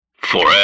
Forever